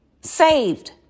saved